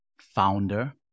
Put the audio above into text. founder